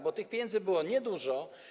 Bo tych pieniędzy było niedużo.